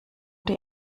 die